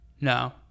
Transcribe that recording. No